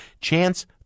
Chance